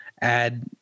add